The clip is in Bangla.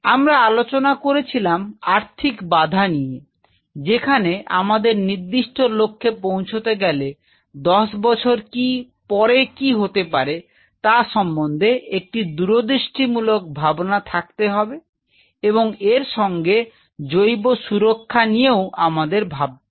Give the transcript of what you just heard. আমরা আলোচনা করেছিলাম আর্থিক বাধা নিয়ে যেখানে আমাদের নির্দিষ্ট লক্ষ্যে পৌঁছতে গেলে দশ বছর পরে কি হতে পারে তা সম্বন্ধে একটি দূরদৃষ্টি মূলক ভাবনা থাকতে হবে এবং এর সঙ্গে জৈব সুরক্ষা নিয়েও আমরা ভাববো